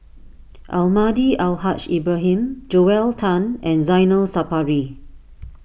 Almahdi Al Haj Ibrahim Joel Tan and Zainal Sapari